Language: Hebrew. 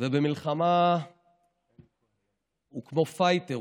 ובמלחמה הוא כמו פייטר.